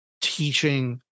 teaching